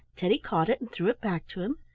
teddy caught it and threw it back to him,